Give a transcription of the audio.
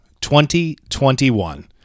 2021